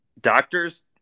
doctors